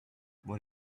what